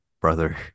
brother